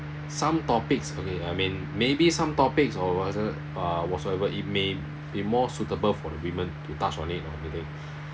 some topics okay I mean maybe some topics or whatsoever uh whatsoever it may be more suitable for the women to touch on it ah I think